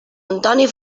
antoni